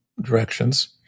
directions